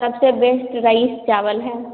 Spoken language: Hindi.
सबसे बेश्ट राईस चावल है